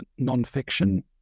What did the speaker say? nonfiction